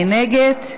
מי נגד?